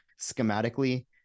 schematically